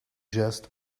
just